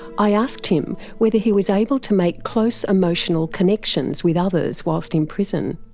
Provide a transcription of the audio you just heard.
i asked him whether he was able to make close emotional connections with others whilst in prison.